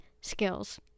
skills